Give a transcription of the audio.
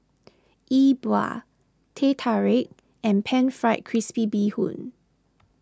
E Bua Teh Tarik and Pan Fried Crispy Bee Hoon